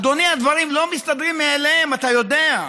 אדוני, הדברים לא מסתדרים מאליהם, אתה יודע.